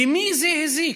למי זה הזיק?